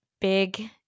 big